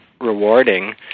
rewarding